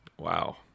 wow